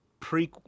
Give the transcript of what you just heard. prequel